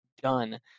done